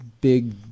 big